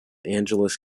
angeles